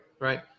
Right